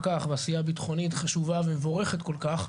כך בעשייה ביטחונית חשובה ומבורכת כל כך,